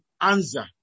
answer